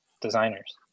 designers